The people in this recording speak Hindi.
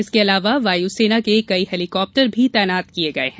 इसके अलावा वायु सेना के कई हेलीकाप्टर भी तैनात किए गए है